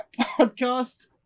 podcast